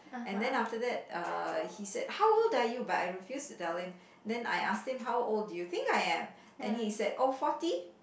and then after that uh he said how old are you but I refuse to tell him then I ask him how old do you think I am then he said oh forty